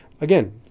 again